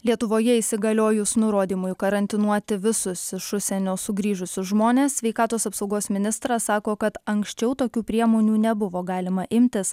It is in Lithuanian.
lietuvoje įsigaliojus nurodymui karantinuoti visus iš užsienio sugrįžusius žmones sveikatos apsaugos ministras sako kad anksčiau tokių priemonių nebuvo galima imtis